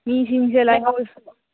ꯃꯤꯁꯤꯡꯁꯦ